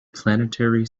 planetary